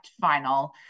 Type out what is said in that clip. final